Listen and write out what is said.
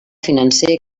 financer